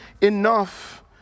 enough